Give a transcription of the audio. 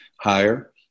higher